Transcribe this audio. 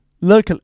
look